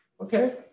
Okay